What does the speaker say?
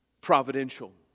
providential